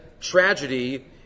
tragedy